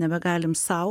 nebegalim sau